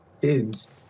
kids